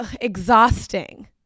exhausting